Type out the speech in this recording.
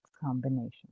combinations